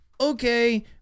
okay